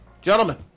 Gentlemen